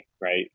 right